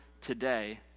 today